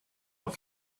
the